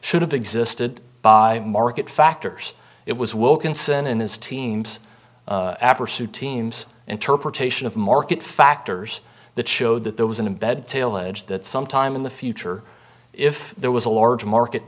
should have existed by market factors it was wilkinson and his team's after suit teams interpretation of market factors that showed that there was an embed tail edge that sometime in the future if there was a large market